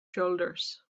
shoulders